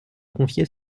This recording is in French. confier